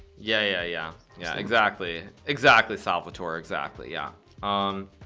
yeah yeah yeah yeah exactly exactly salvatore exactly yeah um